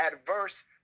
adverse